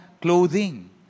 clothing